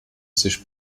sich